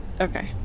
Okay